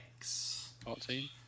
14